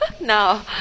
now